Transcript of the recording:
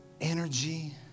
energy